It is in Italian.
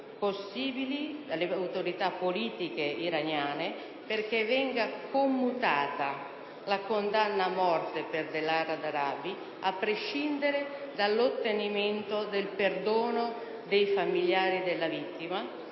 confronti delle autorità politiche iraniane affinché venga commutata la condanna a morte di Delara Darabi, a prescindere dall'ottenimento del perdono dei familiari della vittima,